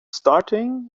starting